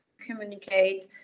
communicate